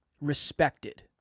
respected